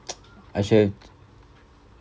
I should have